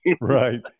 right